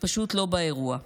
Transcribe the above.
פשוט לא באירוע.